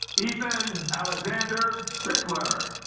ethan alexander strickler